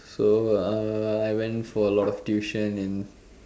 so uh I went for a lot of tuition and